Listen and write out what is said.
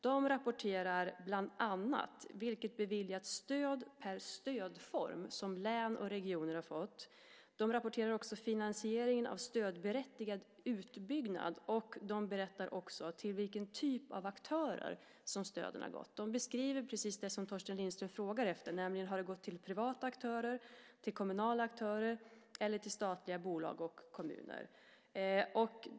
De rapporterar bland annat vilket beviljat stöd per stödform som län och regioner har fått. De rapporterar också finansieringen av stödberättigad utbyggnad. De berättar också till vilken typ av aktörer stöden har gått. De beskriver precis det som Torsten Lindström frågar efter. Har det gått till privata aktörer, till kommunala aktörer eller till statliga bolag och kommuner?